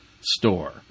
store